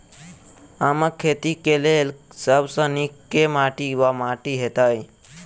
आमक खेती केँ लेल सब सऽ नीक केँ माटि वा माटि हेतै?